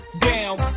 down